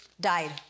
died